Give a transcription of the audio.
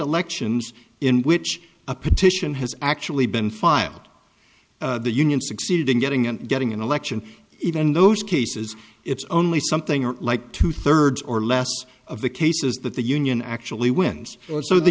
elections in which a petition has actually been filed the union succeeded in getting and getting an election even in those cases it's only something like two thirds or less of the cases that the union actually wins or so the